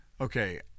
Okay